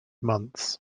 months